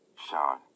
Sean